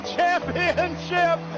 championship